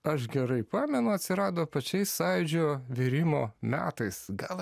aš gerai pamenu atsirado pačiais sąjūdžio virimo metais gal